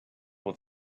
with